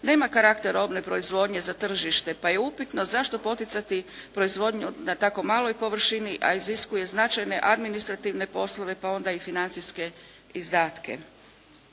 nema karakter robne proizvodnje za tržište pa je upitno zašto poticati proizvodnju na tako maloj površini, a iziskuje značajne administrativne poslove, pa onda i financijske izdatke.